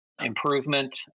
improvement